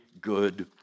good